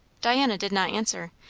diana did not answer,